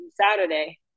saturday